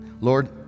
Lord